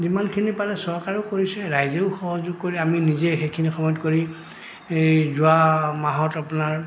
যিমানখিনি পালে চৰকাৰেও কৰিছে ৰাইজেও সহযোগ কৰি আমি নিজে সেইখিনি সময়ত কৰি এই যোৱা মাহত আপোনাৰ